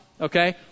okay